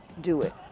do it.